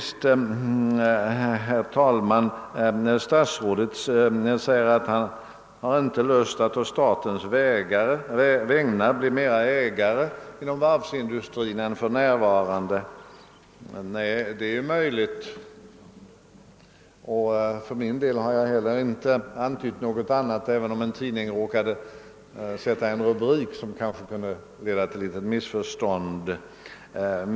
Statsrådet säger att han inte har lust att på statens vägnar bli ägare inom varvsindustrin i större utsträckning än för närvarande. Nej, det är möjligt, och för min del har jag inte heller antytt något annat, även om en tidning råkade sätta en rubrik, som kanske kunde leda till ett litet missförstånd.